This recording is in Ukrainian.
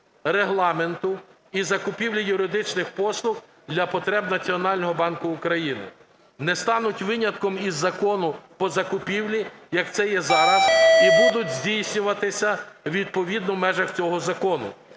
Регламенту і закупівлі юридичних послуг для потреб Національного банку України. Не стануть винятком із Закону про закупівлі, як це є зараз, і будуть здійснюватися відповідно в межах цього закону.